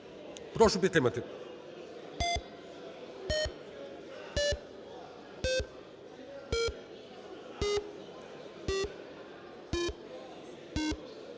Прошу підтримати.